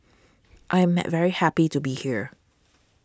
I am might very happy to be here